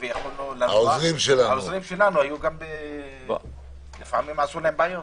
לעוזרים שלנו לפעמים עשו בעיות.